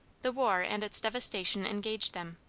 the war and its devastation engaged them.